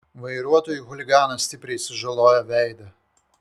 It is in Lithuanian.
vairuotojui chuliganas stipriai sužalojo veidą